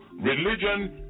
religion